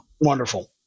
Wonderful